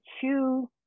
choose